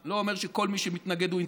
אני לא אומר שכל מי שמתנגד הוא אינטרסנט,